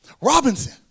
Robinson